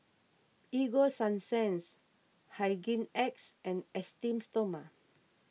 Ego Sunsense Hygin X and Esteem Stoma